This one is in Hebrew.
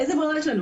איזה ברירה יש לנו?